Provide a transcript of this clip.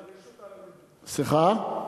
סליחה?